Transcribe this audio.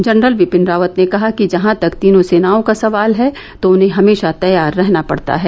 general Bipin Rawat ने कहा कि जहां तक तीनों सेनाओं का सवाल है उन्हें हमेशा तैयार रहना पड़ता है